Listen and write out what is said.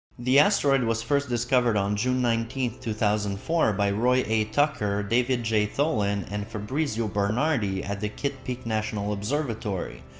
the asteroid was first discovered on june nineteen, two thousand and four by roy a. tucker, david j. tholen, and fabrizio bernardi at the kitt peak national observatory.